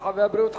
הרווחה והבריאות,